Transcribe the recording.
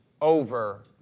over